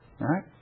right